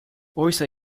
oysa